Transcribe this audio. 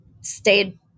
stayed